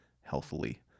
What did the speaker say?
healthily